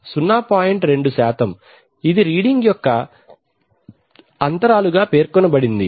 2 ఇది రీడింగ్ యొక్క అంతరాలుగా పేర్కొనబడింది